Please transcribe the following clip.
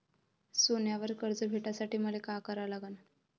सोन्यावर कर्ज भेटासाठी मले का करा लागन?